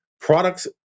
products